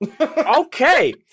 Okay